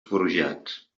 forjats